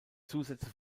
zusätze